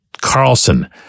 Carlson